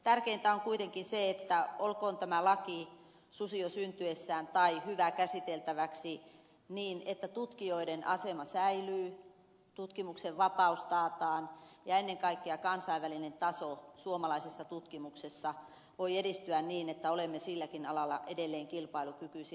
tärkeintä on kuitenkin se olkoon tämä laki susi jo syntyessään tai hyvä käsiteltäväksi että tutkijoiden asema säilyy tutkimuksen vapaus taataan ja ennen kaikkea kansainvälinen taso suomalaisessa tutkimuksessa voi edistyä niin että olemme silläkin alalla edelleen kilpailukykyisiä